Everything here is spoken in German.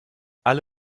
alle